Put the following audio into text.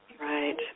right